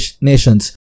nations